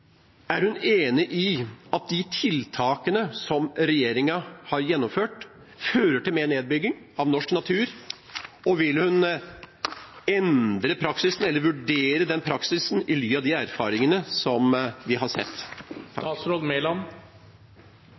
Er statsråden enig i at de tiltakene som regjeringen har gjennomført, fører til mer nedbygging av norsk natur? Og: Vil statsråden endre praksisen, eller vurdere den praksisen, i ly av de erfaringene som vi har sett?